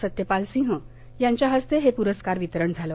सत्यपाल सिंह यांच्या हस्ते हे पुरस्कार वितरण झालं